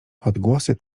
odgłosy